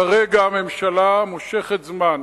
כרגע הממשלה מושכת זמן.